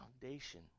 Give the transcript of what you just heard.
foundation